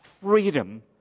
freedom